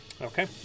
Okay